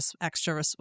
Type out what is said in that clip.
extra